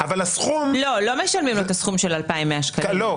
לא משלמים לו את הסכום של 2,100 שקלים.